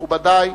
מכובדי,